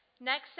Next